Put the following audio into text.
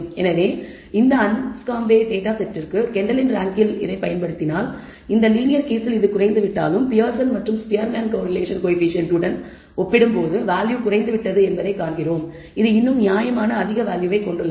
எனவே இந்த Anscombe data செட்டிற்கு கெண்டலின் ரேங்க்கில் இதைப் பயன்படுத்தினால் இந்த லீனியர் கேஸில் இது குறைந்துவிட்டாலும் பியர்சன் மற்றும் ஸ்பியர்மேன் கோரிலேஷன் கோயபிசியன்ட் உடன் ஒப்பிடும்போது வேல்யூ குறைந்துவிட்டது என்பதைக் காண்கிறோம் அது இன்னும் நியாயமான அதிக வேல்யூவை கொண்டுள்ளது